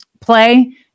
play